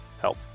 help